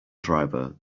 driver